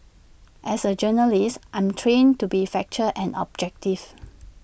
as A journalist I'm trained to be factual and objective